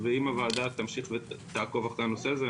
ואם הוועדה תמשיך ותעקוב אחר הנושא הזה,